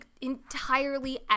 entirely